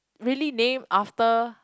really named after